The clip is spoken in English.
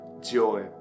joy